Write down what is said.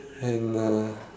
and uh